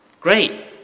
Great